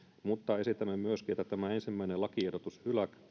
mutta esitämme myöskin että tämä ensimmäinen lakiehdotus